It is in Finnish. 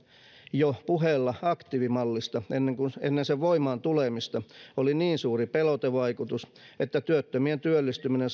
jo puheella aktiivimallista ennen sen voimaan tulemista oli niin suuri pelotevaikutus että työttömien työllistyminen